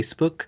Facebook